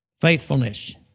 Faithfulness